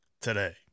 today